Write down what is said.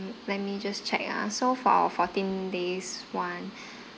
let me just check uh so for our fourteen days [one]